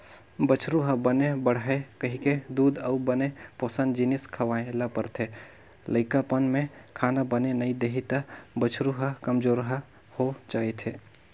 बछरु ह बने बाड़हय कहिके दूद अउ बने पोसन जिनिस खवाए ल परथे, लइकापन में खाना बने नइ देही त बछरू ह कमजोरहा हो जाएथे